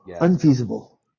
unfeasible